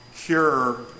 cure